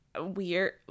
weird